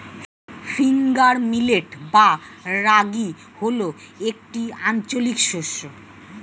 finger millet বা রাগী হল একটি আঞ্চলিক শস্য